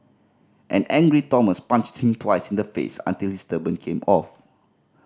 an angry Thomas punched him twice in the face until his turban came off